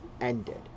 ended